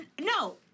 No